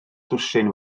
dwsin